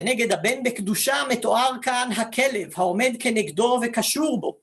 ונגד הבן בקדושה מתואר כאן הכלב, העומד כנגדו וקשור בו.